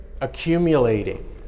accumulating